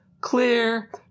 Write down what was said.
Clear